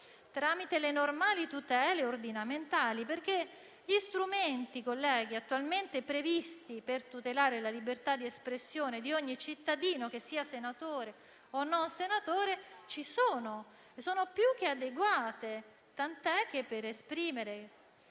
tramite le normali tutele ordinamentali, perché gli strumenti attualmente previsti per tutelare la libertà di espressione di ogni cittadino, che sia senatore o meno, ci sono e sono più che adeguate, tant'è che esprimere